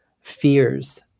fears